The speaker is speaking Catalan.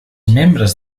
membres